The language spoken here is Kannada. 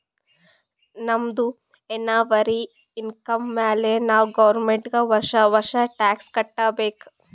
ನಮ್ದು ಎನ್ನವಲ್ ಇನ್ಕಮ್ ಮ್ಯಾಲೆ ನಾವ್ ಗೌರ್ಮೆಂಟ್ಗ್ ವರ್ಷಾ ವರ್ಷಾ ಟ್ಯಾಕ್ಸ್ ಕಟ್ಟಬೇಕ್